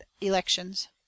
elections